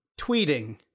tweeting